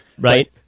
right